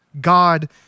God